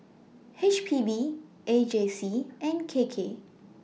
H P B A J C and K K